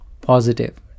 positive